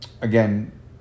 again